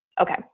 Okay